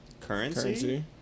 Currency